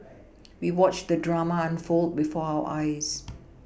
we watched the drama unfold before our eyes